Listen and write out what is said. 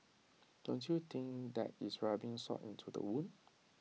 don't you think that is rubbing salt into the wound